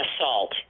assault